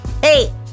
hey